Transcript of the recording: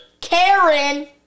karen